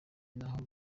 naho